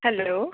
hello